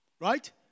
right